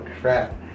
crap